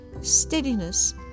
steadiness